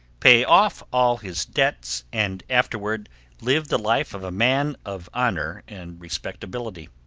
pay off all his debts, and afterward live the life of a man of honor and respectability.